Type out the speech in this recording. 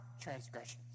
transgressions